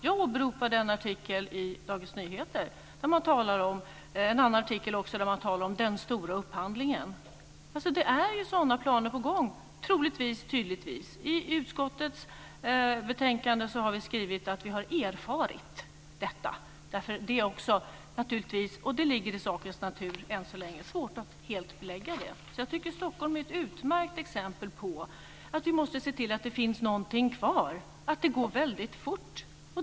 Jag åberopade en artikel i Dagens Nyheter och en annan artikel där man talar om den stora upphandlingen. Det är ju sådana planer på gång, troligtvis, tydligtvis. I utskottets betänkande har vi skrivit att vi har erfarit detta. Det ligger i sakens natur än så länge. Det är svårt att helt belägga det. Jag tycker därför att Stockholm är ett utmärkt exempel på att vi måste se till att det finns någonting kvar, att det går väldigt fort.